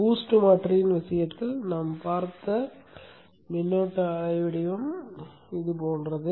BOOST மாற்றியின் விஷயத்தில் நாம் பார்த்த மின்னோட்ட அலைவடிவம் இது போன்றது